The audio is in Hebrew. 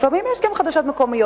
לפעמים יש גם חדשות מקומיות,